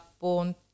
born